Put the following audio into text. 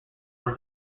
from